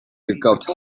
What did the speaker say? gekauft